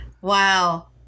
Wow